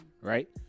right